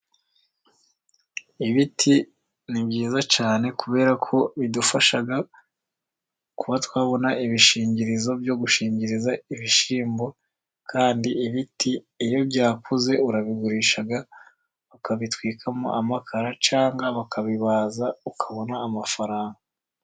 Ibiti ni byiza cyane, kubera ko bidufasha kuba twabona ibishingirizo byo gushingiriza ibishyimbo, kandi ibiti iyo byakuze urabigurisha ukabitwikamo amakara, cyangwa bakabibaza ukabona amafaranga.